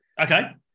Okay